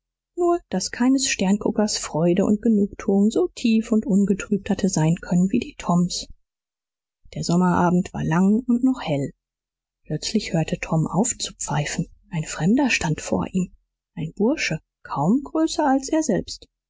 nur daß keines sternguckers freude und genugtuung so tief und ungetrübt hatte sein können wie die toms der sommerabend war lang und noch hell plötzlich hörte tom auf zu pfeifen ein fremder stand vor ihm ein bursche kaum größer als er selbst